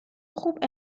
خوب